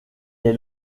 est